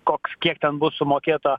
koks kiek ten bus sumokėta